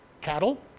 cattle